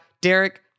Derek